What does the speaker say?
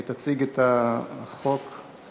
שתציג את הצעת החוק.